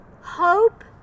hope